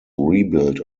rebuilt